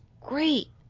great